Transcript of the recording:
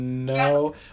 No